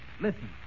listen